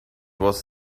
was